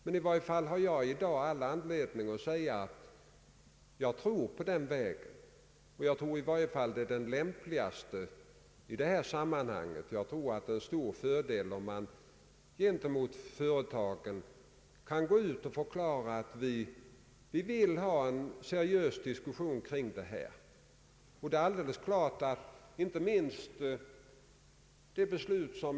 Men i dag har jag all anledning tro att den anvisade vägen är den lämpligaste i detta sammanhang. Det är en stor fördel om man gentemot företagen kan förklara att vi vill ha en seriös diskussion omkring lokaliseringen.